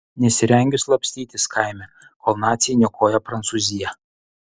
nesirengiu slapstytis kaime kol naciai niokoja prancūziją